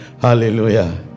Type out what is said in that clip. Hallelujah